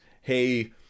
Hey